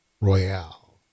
Royale